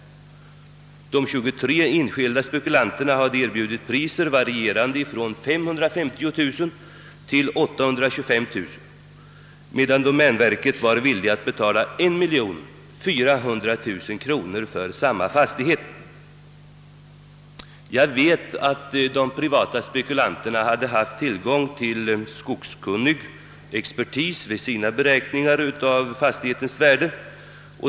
De 23 enskilda spekulanterna hade erbjudit priser varierande från 550 000 till 825 000 kronor, medan domänverket var villigt att betala 1 400 000 kronor för samma fastighet. Jag vet att de privata spekulanterna hade haft tillgång till skogskunnig expertis vid sina bedömningar av fastighetens värde.